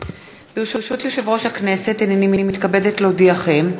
ברשות יושב-ראש הכנסת, הנני מתכבדת להודיעכם,